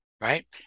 right